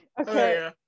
Okay